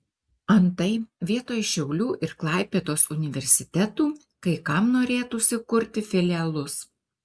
antai vietoj šiaulių ir klaipėdos universitetų kai kam norėtųsi kurti filialus